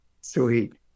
Sweet